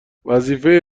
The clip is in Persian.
وظیفه